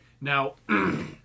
now